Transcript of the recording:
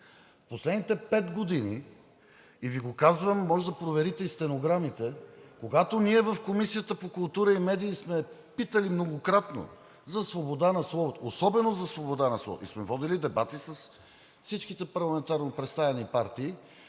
Последните пет години, и Ви го казвам, може да проверите и стенограмите, когато ние в Комисията по културата и медиите сме питали многократно за свободата на словото, особено за свободата на словото, и сме водили дебати с всичките парламентарно представени партии,